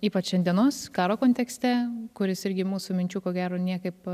ypač šiandienos karo kontekste kuris irgi mūsų minčių ko gero niekaip